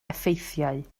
effeithiau